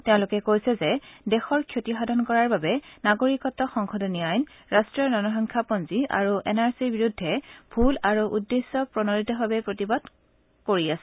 তেওঁলোকে কৈছে যে দেশৰ ক্ষতিসাধন কৰাৰ বাবে নাগৰিকত্ব সংশোধনী আইন ৰাষ্টীয় জনসংখ্যা পঞ্জী আৰু এন আৰ চিৰ বিৰুদ্ধে ভুল আৰু উদ্দেশ্য প্ৰণোদিতভাৱে প্ৰতিবাদ কৰি আছে